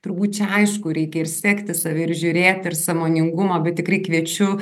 turbūt aišku reikia ir sekti save ir žiūrėti ir sąmoningumo bet tikrai kviečiu